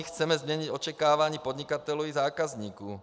Chceme změnit očekávání podnikatelů i zákazníků.